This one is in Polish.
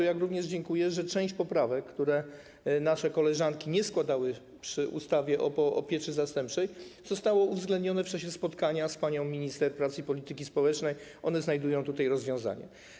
Dziękuję również, że część poprawek, których nasze koleżanki nie składały przy ustawie o pieczy zastępczej, została uwzględniona w czasie spotkania z panią minister pracy i polityki społecznej, one znajdują tutaj rozwiązanie.